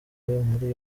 muri